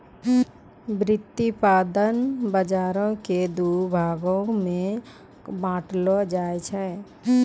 व्युत्पादन बजारो के दु भागो मे बांटलो जाय छै